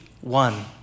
one